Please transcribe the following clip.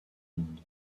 monde